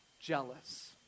jealous